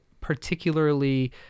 particularly